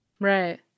Right